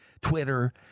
Twitter